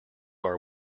our